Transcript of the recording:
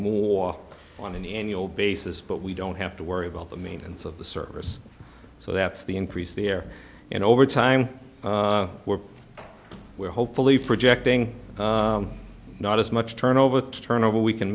more on an annual basis but we don't have to worry about the maintenance of the service so that's the increase the air and over time we're hopefully projecting not as much turnover to turnover we can